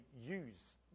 use